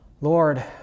lord